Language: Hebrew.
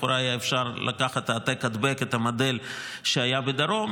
לכאורה היה אפשר לקחת ב"העתק הדבק" את המודל שהיה בדרום,